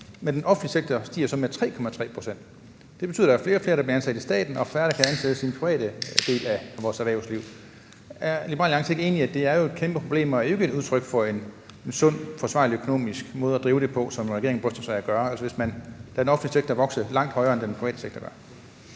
men den offentlige sektor så stiger med 3,3 pct., så betyder det, at der er flere og flere, der bliver ansat i staten, og færre, der kan ansættes i den private del af vores erhvervsliv. Er Liberal Alliance ikke enig i, at det jo er et kæmpe problem og ikke et udtryk for en sund, forsvarlig økonomisk måde at drive det på, sådan som regeringen bryster af? Altså, den offentlige sektor vokser langt mere end den private sektor.